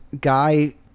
guy